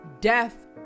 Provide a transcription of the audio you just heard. death